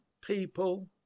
people